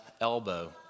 elbow